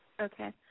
Okay